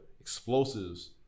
explosives